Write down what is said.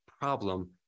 problem